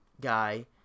guy